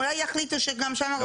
אולי יחליטו שגם שם.